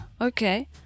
okay